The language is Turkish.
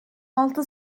altı